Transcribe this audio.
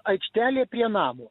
aikštelė prie namo